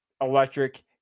electric